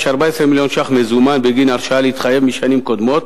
יש 14 מיליון שקל מזומן בגין הרשאה להתחייב משנים קודמות,